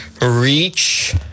reach